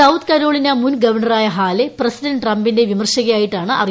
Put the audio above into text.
south Carolina മുൻ ഗവർണറായ Haley president ട്രംപിന്റെ വിമർശകയായിട്ടാണ് അറി